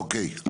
אוקיי.